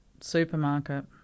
supermarket